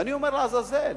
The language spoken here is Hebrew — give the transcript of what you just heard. אני אומר: לעזאזל,